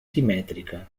simètrica